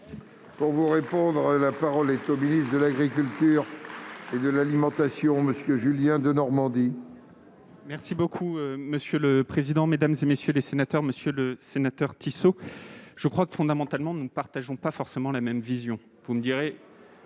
Pour vous répondre, la parole est au ministre de l'Agriculture et de l'alimentation. Si on Monsieur Julien Denormandie. Merci beaucoup monsieur le président, Mesdames et messieurs les sénateurs, Monsieur le Sénateur Tissot je crois que fondamentalement nous ne partageons pas forcément la même vision, vous me direz.